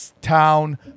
town